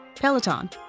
Peloton